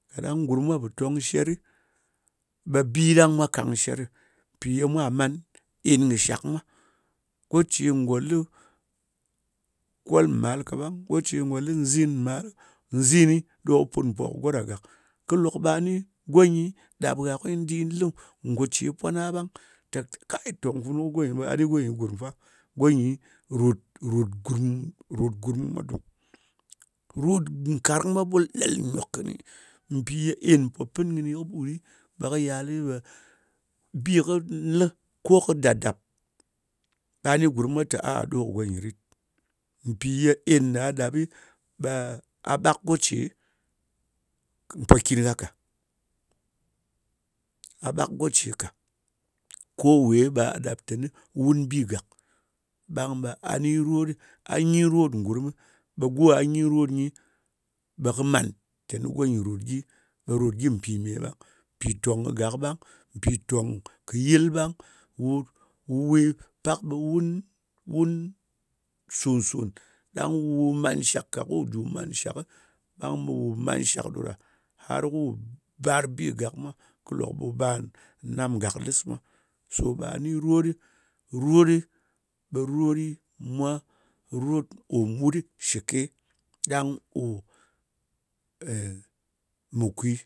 Kaɗang gurm mwa pò tong sheri, ɓe bi ɗang mwa kang sherɨ. Mpì ye mwa man en kɨ shak mwa. Go ce ngò lɨ kolm màl kaɓang. Go ce ngò li nzin mal. Zin ɗo kɨ put mpò kɨ go ɗa gàk. Kɨ lok ɓa ni go nyɨ ɗap gha kwi ndi lɨ ngo ce pwana ɓang, te, kayi, tong funu kɨ go nyi, ɓe gah ni go nyi gurm fa. Go nyi ròt gurm mwa dung. Rot nkarng mwa ɓul ɗel nyòk kɨni. Mpì ye en pò pɨn kɨni kɨɓur ɗɨ, ɓe kɨ yali, bi kɨ lɨ, ko ka dap dap, ɓa ni gurm mwa tè ah, ɗo kɨ go nyɨ rit. Mpì ye en na ɗap ɓe gha ɓak go ce mpòkin gha ka. A ɓak go ce ka. Ko we ɓa ɗap teni wun bi gàk. Ɓang ɓe a ni rot ɗɨ. A nyin rot ngurm, ɓe go gha nyin rot nyi, ɓe kɨ man teni go nyɨ ròt gyi. Ròt gyi mpì me? Mpì tong kagak ɓang. Mpì toǹg kɨ yɨl ɓang. Wu, wu we pak ɓe wun, wun sòn sòn, ɗang wu man shak ka ku jù man shakɨ, ɓang ɓe wu man shak ɗo ɗa. Har ku bar bi gak mwa, ku lok, ɓu bar nam gaklɨs mwa. So ɓa ni rot ɗɨ, rot ɗɨ, ɓe rot mwa, mwa rot kò mbut ɗi shɨke, ɗang ò mu kwi.